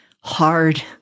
hard